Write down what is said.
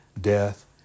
death